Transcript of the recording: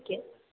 okay